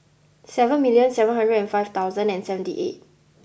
seven million seven hundred and five thousand and seventy eight